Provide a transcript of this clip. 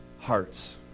hearts